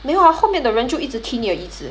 没有 ah 后面的人就一直踢你的椅子